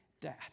dad